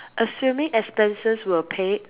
assuming expenses were paid